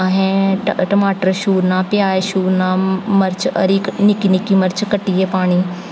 अहे्ं टमाटर छुरना प्याज़ छुरना मर्च हरी निक्की निक्की मर्च कट्टियै पानी